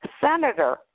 senator